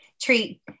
treat